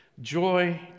Joy